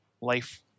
life